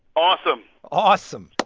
awesome awesome.